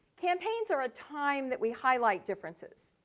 campaigns are a time that we highlight differences,